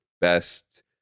best